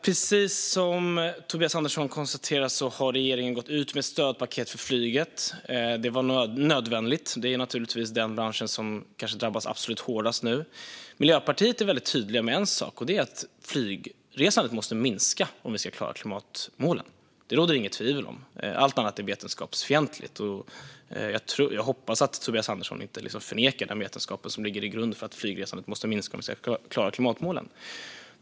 Precis som Tobias Andersson konstaterar har regeringen gått ut med stödpaket för flyget. Det var nödvändigt, för flyget är den bransch som kanske drabbas absolut hårdast nu. Miljöpartiet är tydliga med en sak: Flygresandet måste minska om vi ska klara klimatmålen. Det råder det inget tvivel om. Allt annat är vetenskapsfientligt. Jag hoppas att Tobias Andersson inte förnekar den vetenskap som ligger till grund för att flygresandet måste minska om vi ska klara klimatmålen.